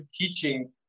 teaching